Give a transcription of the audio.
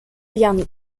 dégarni